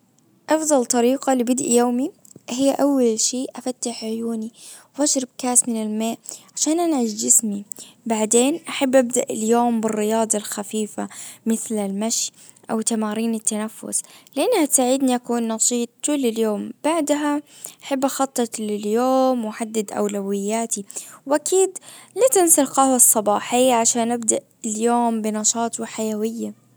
افضل طريقة لبدء يومي هي اول شيء افتح عيوني واشرب كاس من الماء عشان انعش جسمي بعدين احب ابدأ اليوم بالرياضة الخفيفة مثل المشي او تمارين التنفس لانها تساعدني اكون نشيط طول اليوم بعدها احب اخطط لليوم وأحدد اولوياتي واكيد لا تنسى القهوة الصباحة عشان ابدأ اليوم بنشاط وحيوية.